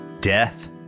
death